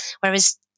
whereas